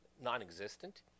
non-existent